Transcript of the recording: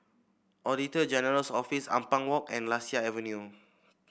Auditor General's Office Ampang Walk and Lasia Avenue